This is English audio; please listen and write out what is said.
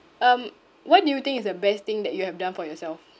um what do you think is the best thing that you have done for yourself